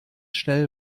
schnell